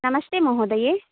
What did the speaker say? नमस्ते महोदये